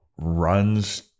runs